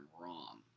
wrong